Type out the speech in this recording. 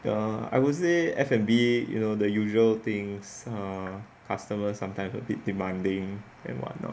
the I would say F&B you know the usual things err customers sometimes a bit demanding and what not